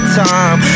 time